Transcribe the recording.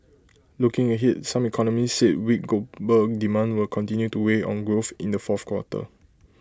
looking ahead some economists said weak global demand will continue to weigh on growth in the fourth quarter